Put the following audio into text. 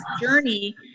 journey